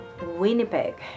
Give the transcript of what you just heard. Winnipeg